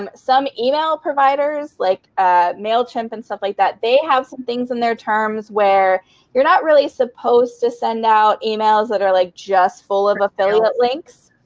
um some email providers, like ah mailchimp and stuff like that. they have some things in their terms where you're not really supposed to send out emails that are like just full of affiliate links.